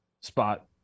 spot